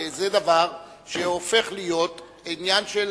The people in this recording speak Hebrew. וזה דבר שהופך להיות עניין של